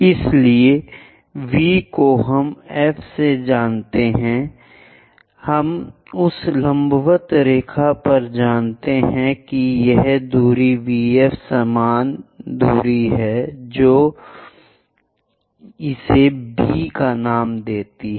इसलिए V को हम F से जानते हैं हम उस लंबवत रेखा पर जानते हैं कि यह दूरी V F समान दूरी है जो इसे B नाम देती है